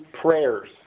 prayers